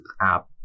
app